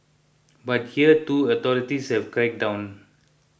but here too authorities have cracked down